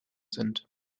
sind